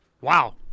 Wow